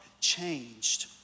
changed